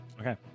Okay